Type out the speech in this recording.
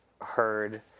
heard